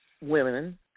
women